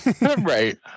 Right